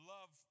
Love